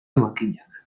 makinak